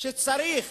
שצריך